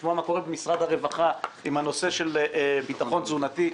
לשמוע מה קורה במשרד הרווחה עם הנושא של ביטחון תזונתי.